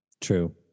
True